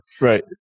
Right